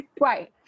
Right